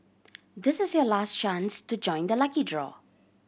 this is your last chance to join the lucky draw